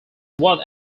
what